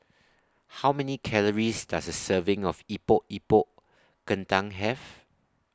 How Many Calories Does A Serving of Epok Epok Kentang Have